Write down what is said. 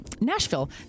Nashville